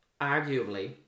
Arguably